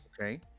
Okay